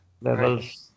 levels